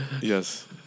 Yes